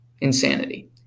Insanity